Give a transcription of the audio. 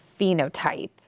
phenotype